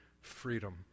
Freedom